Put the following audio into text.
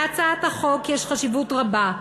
להצעת החוק יש חשיבות רבה,